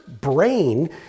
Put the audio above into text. brain